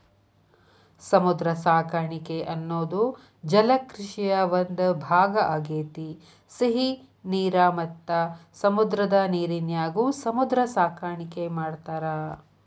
ಸಮುದ್ರ ಸಾಕಾಣಿಕೆ ಅನ್ನೋದು ಜಲಕೃಷಿಯ ಒಂದ್ ಭಾಗ ಆಗೇತಿ, ಸಿಹಿ ನೇರ ಮತ್ತ ಸಮುದ್ರದ ನೇರಿನ್ಯಾಗು ಸಮುದ್ರ ಸಾಕಾಣಿಕೆ ಮಾಡ್ತಾರ